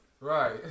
Right